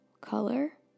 color